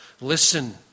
Listen